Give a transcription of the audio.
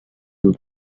blue